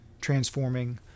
transforming